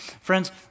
friends